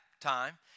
time